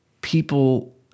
people